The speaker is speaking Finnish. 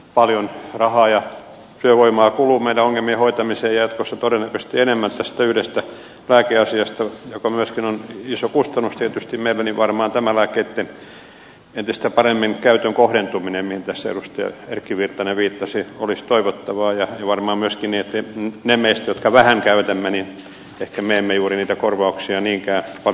paljon rahaa ja työvoimaa kuluu meidän ongelmiemme hoitamiseen ja jatkossa todennäköisesti enemmän tästä yhdestä lääkeasiasta joka myöskin on iso kustannus tietysti meille niin että varmaan tämä lääkkeitten käytön kohdentuminen entistä paremmin mihin tässä edustaja erkki virtanen viittasi olisi toivottavaa ja varmaan myöskin niin että ne meistä jotka vähän käytämme ehkä me emme juuri niitä korvauksia niinkään paljon tarvitse